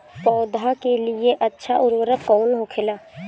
पौधा के लिए अच्छा उर्वरक कउन होखेला?